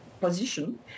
position